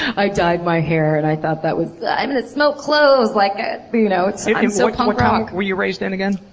i dyed my hair and i thought that was. i'm gonna smoke cloves! like ah you know so so what town were you raised in again?